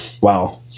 wow